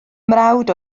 mrawd